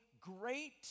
great